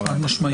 חד-משמעית.